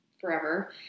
forever